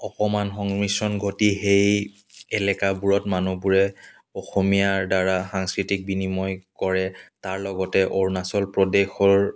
অকণমান সংমিশ্ৰণ ঘটি সেই এলেকাবোৰত মানুহবোৰে অসমীয়াৰ দ্বাৰা সাংস্কৃতিক বিনিময় কৰে তাৰ লগতে অৰুণাচল প্ৰদেশৰ